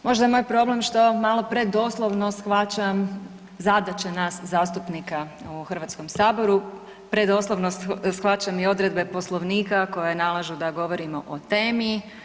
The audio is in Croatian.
Možda je moj problem što malo predoslovno shvaćam zadaće nas zastupnika u ovom HS, predoslovno shvaćam i odredbe Poslovnika koje nalažu da govorimo o temi.